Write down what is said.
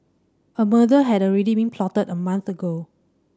a murder had already been plotted a month ago